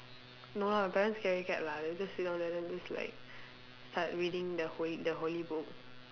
no lah parents scaredy cat lah they'll just sit down there then just like start reading the holy the holy book